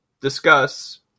discuss